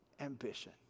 ambition